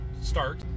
start